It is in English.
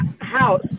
house